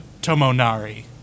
Tomonari